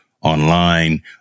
online